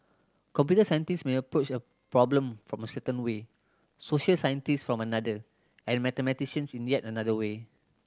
computer scientists may approach a problem from a certain way social scientists from another and mathematicians in yet another way